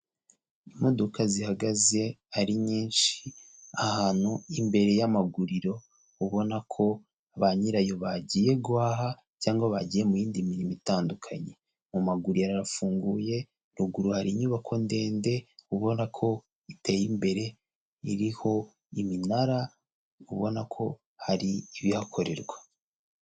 Imodoka zihagaze ari nyinshi ahantu imbere y'amaguriro, ubona ko ba nyirayo bagiye guhaha cyangwa bagiye mu yindi mirimo itandukanye. Mu maguriro harafunguye, ruguru hari inyubako ndende, ubona ko iteye imbere, iriho iminara, ubona ko hari ibihakorerwa.